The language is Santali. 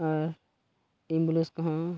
ᱟᱨ ᱮᱢᱵᱩᱞᱮᱱᱥ ᱠᱚᱦᱚᱸ